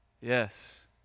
Yes